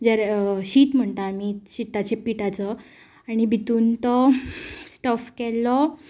जें शीत म्हणटा आमी शिताच्या पिठाचो आनी भितून तो स्टफ केल्लो